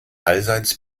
allseits